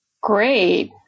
Great